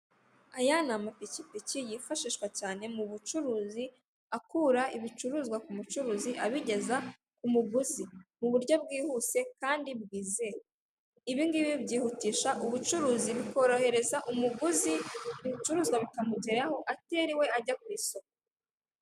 Aya ni amapikipiki yifashishwa cyane mu bucuruzi, akura ibicuruzwa ku mucuruzi abigeza ku muguzi mu buryo bwihuse kandi bwizewe. Ibigibi byihutisha ubucuruzi bikorohereza umuguzi ibicuruzwa bikamugeraho ateriwe ajya ku isoko.